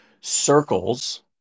circles